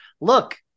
look